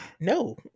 no